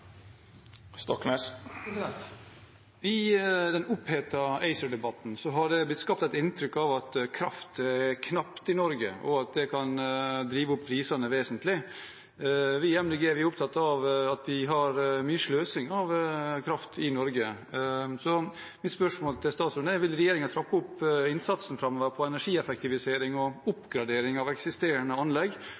I den opphetede ACER-debatten er det blitt skapt et inntrykk av at det er knapphet på kraft i Norge, og at det kan drive opp prisene vesentlig. Vi i Miljøpartiet De Grønne er opptatt av at vi har mye sløsing med kraft i Norge. Så mitt spørsmål til statsråden er: Vil regjeringen trappe opp innsatsen framover på energieffektivisering og oppgradering av eksisterende anlegg,